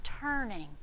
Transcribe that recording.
turning